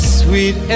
sweet